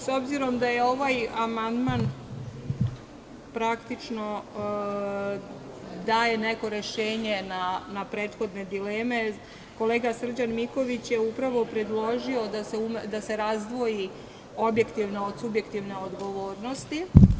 S obzirom da ovaj amandman praktično daje neko rešenje na prethodne dileme, kolega Srđan Miković je upravo predložio da se razdvoji objektivno od subjektivne odgovornosti.